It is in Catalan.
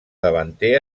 davanter